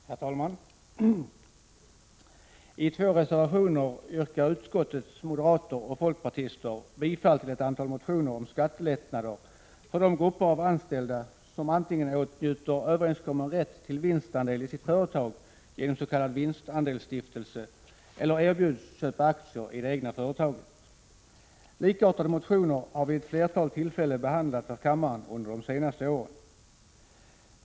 Herr talman! I två reservationer yrkar utskottets moderater och folkpartister bifall till ett antal motioner om skattelättnader för de grupper av anställda som antingen åtnjuter överenskommen rätt till vinstandel i sitt företag genom s.k. vinstandelsstiftelse eller erbjuds köpa aktier i det egna företaget. Likartade motioner har vid ett flertal tillfällen behandlats av kammaren under de senaste åren.